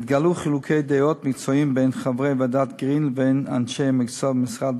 התגלעו חילוקי דעות מקצועיים בין חברי ועדת גרין ובין אנשי המקצוע במשרד